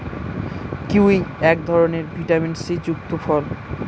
kiwi এক ধরনের vitamin C যুক্ত ফল